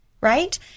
right